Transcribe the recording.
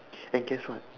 and guess what